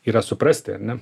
yra suprasti ane